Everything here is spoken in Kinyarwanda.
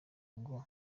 ngo